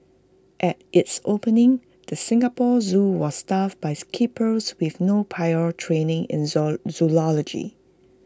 at its opening the Singapore Zoo was staffed buys keepers with no prior training in zoology